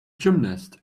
gymnast